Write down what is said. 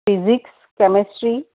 physics chemistry